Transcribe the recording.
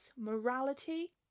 morality